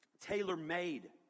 tailor-made